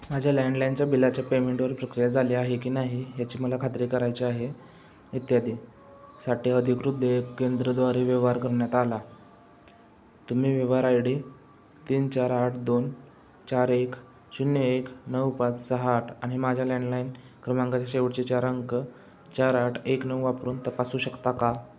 माझ्या लँडलाईनच्या बिलाच्या पेमेंटवर प्रक्रिया झाली आहे की नाही याची मला खात्री करायची आहे इत्यादी साठी अधिकृत देयक केंद्रद्वारे व्यवहार करण्यात आला तुम्ही व्यवहार आय डी तीन चार आठ दोन चार एक शून्य एक नऊ पाच सहा आठ आणि माझ्या लँडलाईन क्रमांकाच्या शेवटचे चार अंक चार आठ एक नऊ वापरून तपासू शकता का